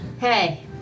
Hey